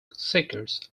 seekers